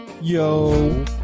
Yo